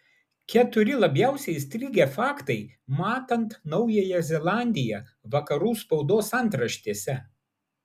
keturi labiausiai įstrigę faktai matant naująją zelandiją vakarų spaudos antraštėse